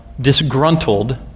disgruntled